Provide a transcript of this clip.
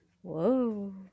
Whoa